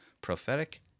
Prophetic